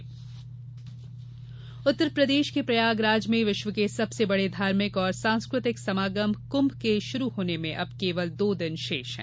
कुम्भ मेला उत्तर प्रदेश के प्रयाग राज में विश्व के सबसे बड़े धार्मिक और सांस्कृतिक समागम कुम्भ के शुरू होने में अब केवल दो दिन शेष हैं